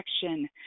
protection